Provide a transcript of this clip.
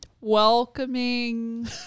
welcoming